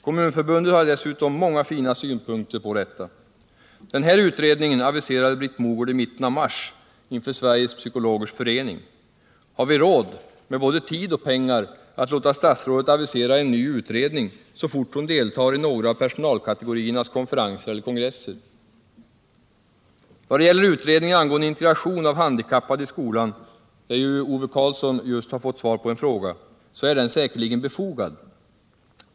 Kommunförbundet har dessutom många fina synpunkter på detta. Den här utredningen aviserade Britt Mogård i mitten av mars inför Sveriges psykologers förening. Har vi råd, med både tid och pengar, att låta statsrådet avisera en ny utredning så fort hon deltar i några av personalkategoriernas konferenser eller kongresser? Vad det gäller utredningen angående integration av handikappade i skolan — Ove Karlsson har just fått svar på en fråga om detta — så är den säkerligen befogad.